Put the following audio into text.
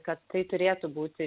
kad tai turėtų būti